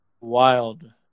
wild